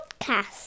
podcast